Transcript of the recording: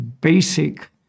basic